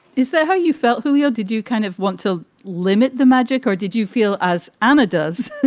is that how you felt, who you are? did you kind of want to limit the magic or did you feel, as anna does,